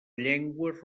llengües